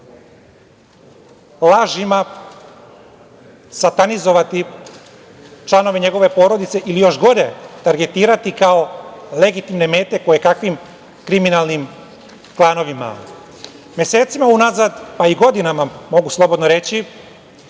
lažima satanizovati članove njegove porodice ili, još gore, targetirati kao legitimne mete kojekakvim kriminalnim klanovima? Mesecima unazad, a i godinama, mogu slobodno reći,